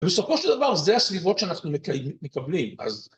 ‫בסופו של דבר, ‫זה הסביבות שאנחנו מקבלים, אז...